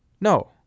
No